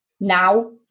now